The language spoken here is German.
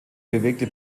bewegte